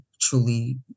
truly